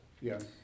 Yes